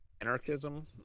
anarchism